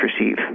receive